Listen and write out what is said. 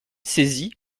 saisi